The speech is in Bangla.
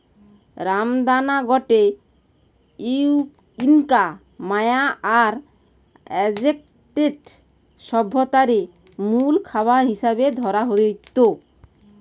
রামদানা গটে ইনকা, মায়া আর অ্যাজটেক সভ্যতারে মুল খাবার হিসাবে ধরা হইত